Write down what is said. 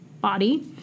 body